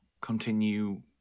continue